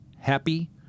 happy